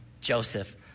Joseph